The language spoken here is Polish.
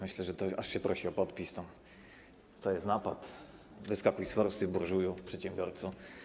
Myślę, że to aż się prosi o podpis: to jest napad, wyskakuj z forsy burżuju przedsiębiorco.